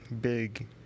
big